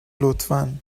لطفا